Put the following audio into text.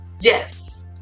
Yes